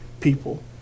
people